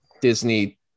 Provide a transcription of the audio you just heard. disney